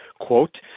quote